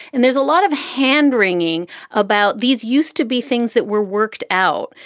and there's a lot of hand-wringing about these used to be things that were worked out,